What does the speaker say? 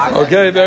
Okay